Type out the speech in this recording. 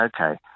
okay